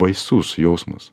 baisus jausmas